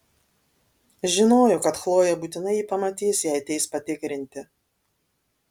žinojo kad chlojė būtinai jį pamatys jei ateis patikrinti